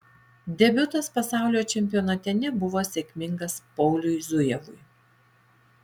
debiutas pasaulio čempionate nebuvo sėkmingas pauliui zujevui